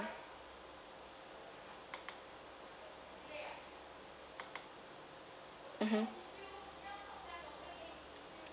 mmhmm